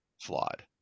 flawed